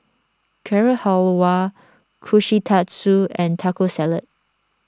Carrot Halwa Kushikatsu and Taco Salad